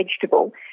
vegetable